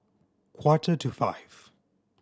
quarter to five